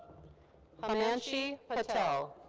himanshi patel.